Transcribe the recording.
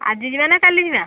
ଆଜି ଯିବା ନା କାଲି ଯିବା